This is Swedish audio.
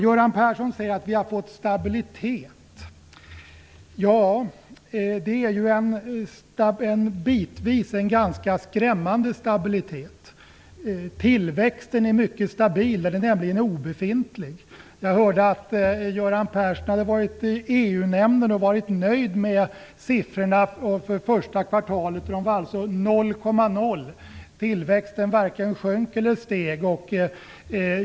Göran Persson säger att vi har fått stabilitet. Det är en bitvis ganska skrämmande stabilitet. Tillväxten är mycket stabil. Den är nämligen obefintlig. Jag hörde att Göran Persson varit i EU-nämnden och sagt att han var nöjd med siffrorna för första kvartalet. Tillväxten var 0,0. Den varken sjönk eller steg.